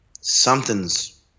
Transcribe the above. something's